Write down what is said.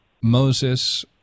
Moses